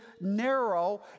narrow